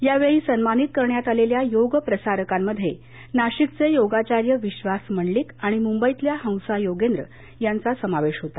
या वेळी सन्मानित करण्यात आलेल्या योग प्रसारकांमध्ये नाशिकचे योगाचार्य विश्वास मंडलिक आणि मुंबईतल्या हसा योगेंद्र यांचा समावेश होता